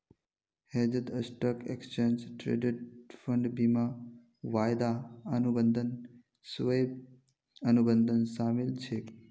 हेजत stock, exchange traded fund, बीमा, वायदा अनुबंध, स्वैप, अनुबंध शामिल छेक